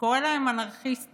שקורא להם אנרכיסטים,